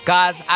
Guys